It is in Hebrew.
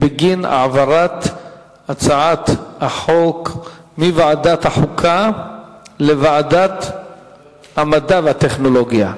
על העברת הצעת החוק מוועדת החוקה לוועדת המדע והטכנולוגיה.